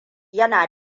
yana